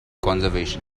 conservation